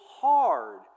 hard